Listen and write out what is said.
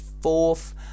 fourth